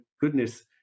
goodness